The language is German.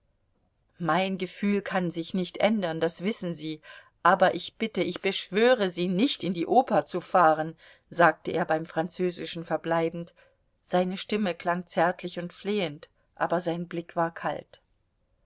mein gefühl kann sich nicht ändern das wissen sie aber ich bitte ich beschwöre sie nicht in die oper zu fahren sagte er beim französischen verbleibend seine stimme klang zärtlich und flehend aber sein blick war kalt